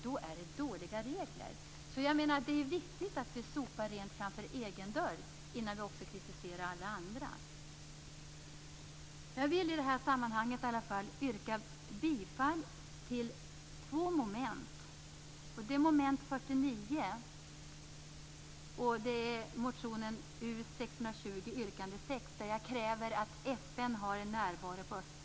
Då är det dåliga regler. Det är viktigt att sopa rent framför egen dörr innan vi kritiserar andra. Jag vill yrka bifall till två moment. Det gäller mom. 49 och motion U620, yrkande 6, där jag kräver att FN skall vara närvarande på Östtimor.